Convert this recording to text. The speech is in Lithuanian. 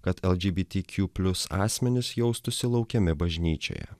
kad eldžibitykiu plius asmenys jaustųsi laukiami bažnyčioje